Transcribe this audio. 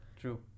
True